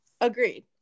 Agreed